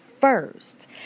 first